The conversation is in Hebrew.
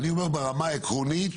אני אומר ברמה העקרונית,